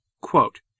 Quote